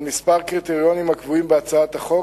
על כמה קריטריונים הקבועים בהצעת החוק,